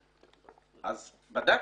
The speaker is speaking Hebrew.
בדקנו.